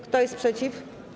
Kto jest przeciw?